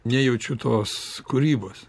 nejaučiu tos kūrybos